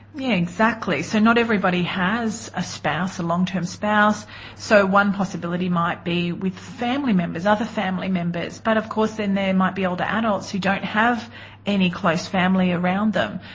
yeah exactly so not everybody has a spouse, a long term spouse so one possibility might be with family members, other family members. but of course then there might be older adults who don't have any close family around them.